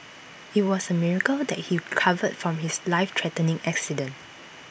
IT was A miracle that he recovered from his life threatening accident